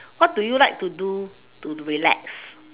what do you like to do to do relax